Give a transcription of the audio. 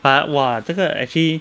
but !wah! 这个 actually